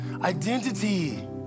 identity